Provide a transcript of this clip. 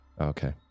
okay